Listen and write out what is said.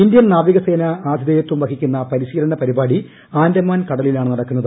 Indian നാവികസേന ആതിഥേയത്വം വഹിക്കുന്ന പരിശീലന പരിപാടി ആൻഡമാൻ കടലിലാണ് നടക്കുന്നത്